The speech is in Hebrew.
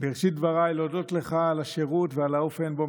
בראשית דבריי להודות לך על השירות ועל האופן שבו